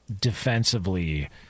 defensively